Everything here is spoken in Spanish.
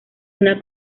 una